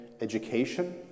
education